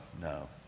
no